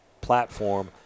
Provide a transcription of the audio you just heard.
platform